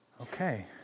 Okay